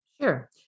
Sure